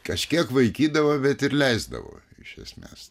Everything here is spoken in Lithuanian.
kažkiek vaikydavo bet ir leisdavo iš esmės